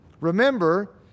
Remember